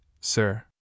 sir